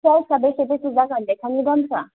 प्राइसआ बेसे बेसे जागोन लेखानि दामफ्रा